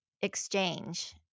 exchange